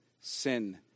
sin